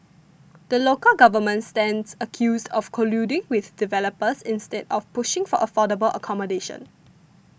the local government stands accused of colluding with developers instead of pushing for affordable accommodation